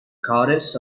goddess